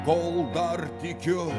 kol dar tikiu